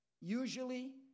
usually